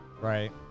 Right